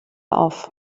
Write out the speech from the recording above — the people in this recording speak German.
auf